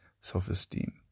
self-esteem